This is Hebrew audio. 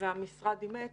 והמשרד אימץ.